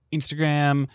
Instagram